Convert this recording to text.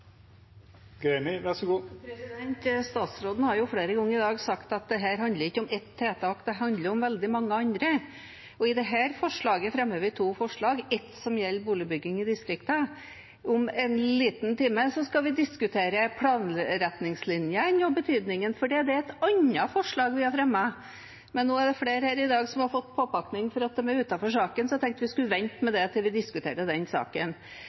handler om veldig mange andre. I dette representantforslaget fremmer vi to forslag. Ett gjelder boligbygging i distriktene. Om en liten time skal vi diskutere planretningslinjene og betydningen av det. Det er et annet forslag vi har fremmet. Men nå er det flere her i dag som har fått påpakning for at de har snakket om noe utenfor saken, så jeg tenkte vi skulle vente med dette til vi diskuterer den saken.